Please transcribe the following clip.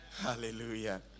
Hallelujah